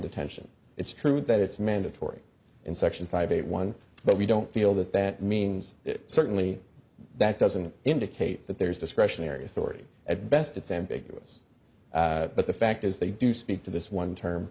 detention it's true that it's mandatory in section five eight one but we don't feel that that means certainly that doesn't indicate that there's discretionary authority at best it's ambiguous but the fact is they do speak to this one term